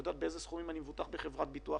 היא יודעת באילו סכומים אני מבוטח בחברת ביטוח,